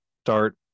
start